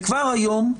כבר היום,